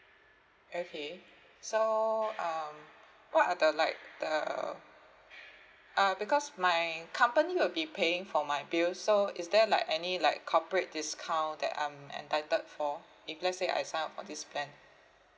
okay so um what are the like the uh because my company will be paying for my bill so is there like any like corporate discount that I'm entitled for if let's say I sign up for this plan